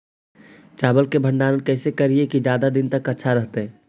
चावल के भंडारण कैसे करिये की ज्यादा दीन तक अच्छा रहै?